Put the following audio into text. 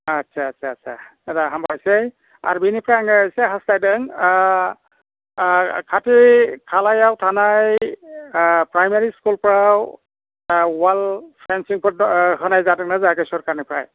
आच्चा आच्चा आदा हामबायसै आरो बिनिफ्राय आङो एसे हास्थायदों खाथि खालायाव थानाय प्राइमारि स्कुलफ्राव वाल सेंस'न होनाय जादोंना जायाखै सोरखारनिफ्राय